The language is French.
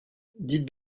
dites